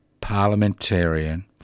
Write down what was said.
Parliamentarian